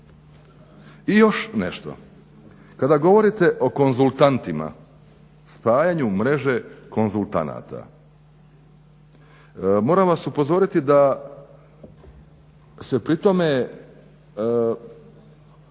I još nešto kada govorite o konzultantima, spajanju mreže konzultanata moram vas upozoriti da se pri tome